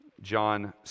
John